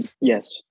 yes